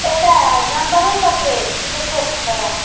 एतऽ जानवरो सभकेँ प्रकोप छै